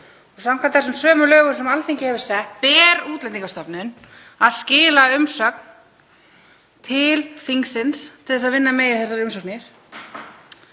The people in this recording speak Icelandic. Samkvæmt þessum sömu lögum sem Alþingi hefur sett ber Útlendingastofnun að skila umsögn til þingsins til að vinna megi þessar umsóknir.